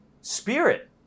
spirit